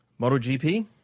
MotoGP